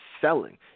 selling